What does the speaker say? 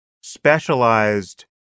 specialized